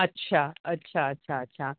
अच्छा अच्छा अच्छा अच्छा